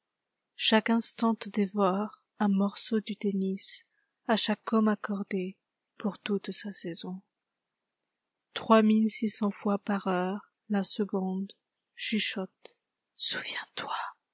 chaque instant te dévore un morceau du délicea chaque homme accordé pour toute sa saison trois mille six cents fois par heure la secondechuchote souviens-toi